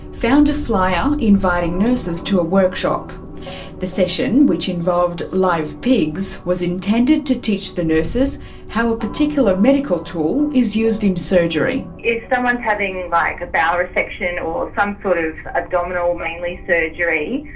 found a flyer inviting nurses to a workshop the session, which involved live pigs, was intended to teach the nurses how a particular medical tool is used in surgery. if someone is having like a bowel resection or some sort of abdominal mainly surgery,